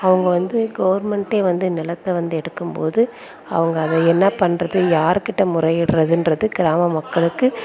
அவங்க வந்து கவர்மெண்டே வந்து நிலத்தை வந்து எடுக்கும் போது அவங்க அதை என்ன பண்றது யாருக்கிட்ட முறையிட்றதுன்றது கிராம மக்களுக்கு